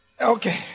Okay